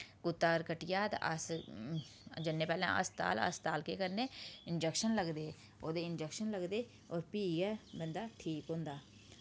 कुत्ता अगर कट्टी जा तां अस जन्ने पैह्लें हस्पताल हस्पताल केह् करने इंजैक्शन लगदे ओह्दे इंजैक्शन लगदे होर फ्ही गै बंदा ठीक होंदा